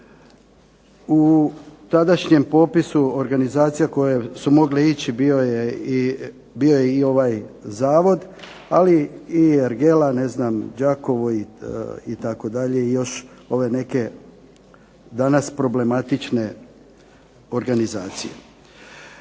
U tadašnjem popisu organizacija koje su mogle ići bio je i ovaj zavod, ali i ergela ne znam Đakovo itd. i još ove neke danas problematične organizacije.